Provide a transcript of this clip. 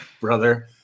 Brother